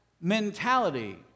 mentality